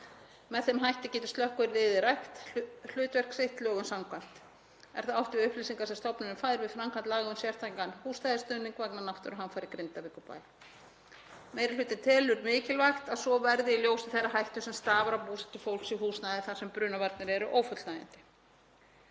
Með þeim hætti geti slökkviliðið rækt hlutverk sitt lögum samkvæmt. Er þá átt við upplýsingar sem stofnunin fær við framkvæmd laga um sértækan húsnæðisstuðning vegna náttúruhamfara í Grindavíkurbæ. Meiri hlutinn telur mikilvægt að svo verði í ljósi þeirrar hættu sem stafar af búsetu fólks í húsnæði þar sem brunavarnir eru ófullnægjandi.